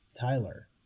Tyler